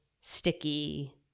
sticky